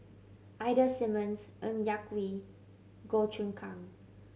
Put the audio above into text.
Ida Simmons Ng Yak Whee Goh Choon Kang